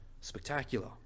spectacular